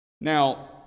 Now